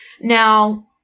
now